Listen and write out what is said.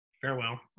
farewell